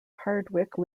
hardwicke